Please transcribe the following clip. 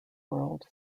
world